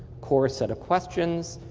corset of question,